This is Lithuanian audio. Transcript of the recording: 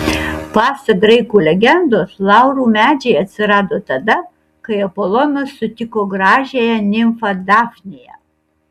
pasak graikų legendos laurų medžiai atsirado tada kai apolonas sutiko gražiąją nimfą dafniją